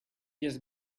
just